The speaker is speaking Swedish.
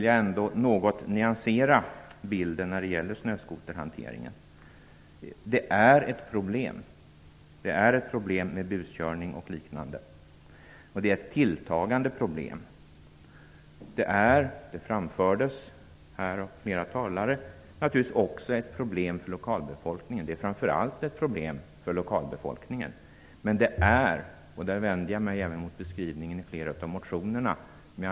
Jag vill något nyansera bilden när det gäller snöskoterhanteringen. Det är ett tilltagande problem med buskörning och liknande. Framför allt är det naturligtvis ett problem för lokalbefolkningen, vilket har framförts av flera talare. Men det är ett problem som också förorsakas av lokalbefolkningen.